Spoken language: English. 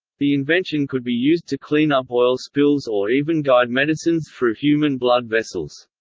the invention could be used to clean up oil spills or even guide medicines through human blood vessels.